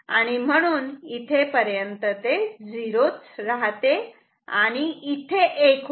आणि म्हणून इथेपर्यंत ते 0 राहते आणि इथे 1 होते